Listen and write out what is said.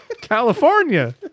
California